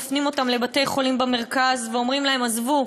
מפנים אותם לבתי-חולים במרכז ואומרים להם: עזבו,